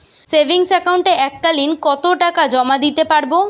Savings একাউন্টে এক কালিন কতটাকা জমা দিতে পারব?